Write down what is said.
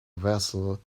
vessel